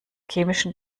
chemischen